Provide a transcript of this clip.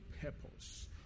purpose